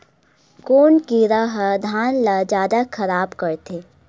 कोन कीड़ा ह धान ल जादा खराब करथे?